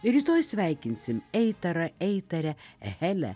rytoj sveikinsim eitarą eitarę helę